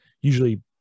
usually